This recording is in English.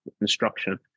instruction